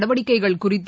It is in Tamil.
நடவடிக்கைகள் குறித்து